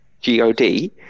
G-O-D